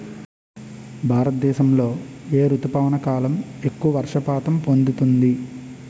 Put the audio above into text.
భారతదేశంలో ఏ రుతుపవన కాలం ఎక్కువ వర్షపాతం పొందుతుంది?